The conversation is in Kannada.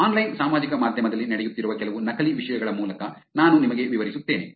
ಆನ್ಲೈನ್ ಸಾಮಾಜಿಕ ಮಾಧ್ಯಮದಲ್ಲಿ ನಡೆಯುತ್ತಿರುವ ಕೆಲವು ನಕಲಿ ವಿಷಯಗಳ ಮೂಲಕ ನಾನು ನಿಮಗೆ ವಿವರಿಸುತ್ತೇನೆ